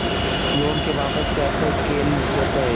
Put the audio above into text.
Loan के वापस कैसे कैल जतय?